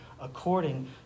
according